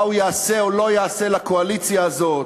מה הוא יעשה או לא יעשה לקואליציה הזאת,